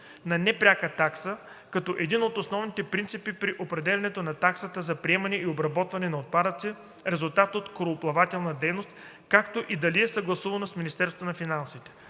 на непряка такса като един от основните принципи при определянето на таксата за приемане и обработване на отпадъци – резултат от корабоплавателна дейност, както и дали е съгласувана с Министерството на финансите.